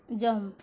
jump